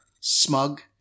smug